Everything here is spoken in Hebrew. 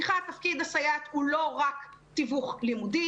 סליחה, תפקיד הסייעת הוא לא רק תיווך לימודי.